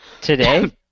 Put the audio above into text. Today